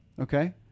Okay